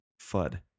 FUD